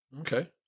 Okay